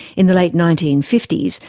in the late nineteen fifty s,